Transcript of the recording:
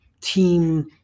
team